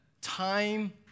time